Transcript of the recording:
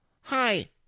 hi